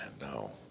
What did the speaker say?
no